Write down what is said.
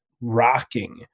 rocking